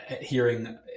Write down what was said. Hearing